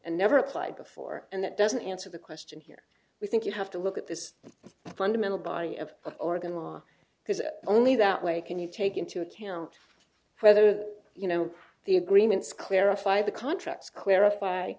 and never applied before and that doesn't answer the question here we think you have to look at this fundamental body of oregon law because only that way can you take into account whether you know the agreements clarify the contracts clarify